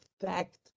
fact